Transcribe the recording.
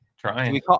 trying